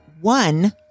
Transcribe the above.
one